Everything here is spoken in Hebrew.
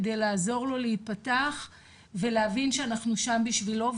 כדי לעזור לו להיפתח ולהבין שאנחנו שם בשבילו.